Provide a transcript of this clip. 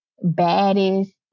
baddest